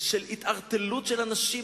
של התערטלות של אנשים,